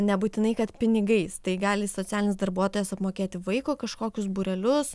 nebūtinai kad pinigais tai gali socialinis darbuotojas apmokėti vaiko kažkokius būrelius